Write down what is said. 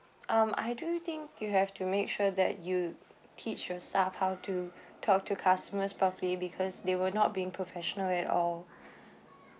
um I do think you have to make sure that you teach your staff how to talk to customers probably because they were not being professional at all